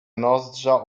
nozdrza